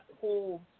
whole